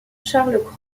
charles